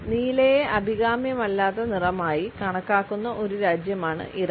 നീലയെ അഭികാമ്യമല്ലാത്ത നിറമായി കണക്കാക്കുന്ന ഒരു രാജ്യമാണ് ഇറാൻ